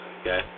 Okay